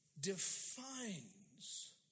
Defines